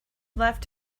left